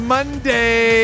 Monday